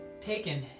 taken